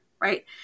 Right